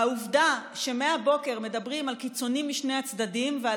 והעובדה שמהבוקר מדברים על קיצונים משני הצדדים ועל